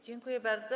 Dziękuję bardzo.